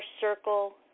circle